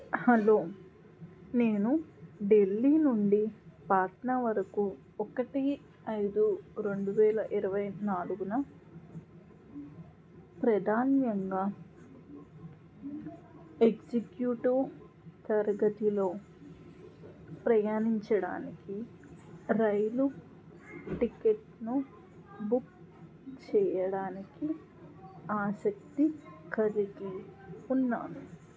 hello నేను ఢిల్లీ నుండి పాట్నా వరకు ఒకటి ఐదు రెండువేల ఇరవై నాలుగున ప్రధానియంగా ఎగ్జిక్యూటివ్ తరగతిలో ప్రయాణించడానికి రైలు టికెట్ను బుక్ చేయడానికి ఆసక్తి కలిగి ఉన్నాను